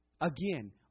again